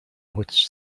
which